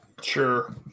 Sure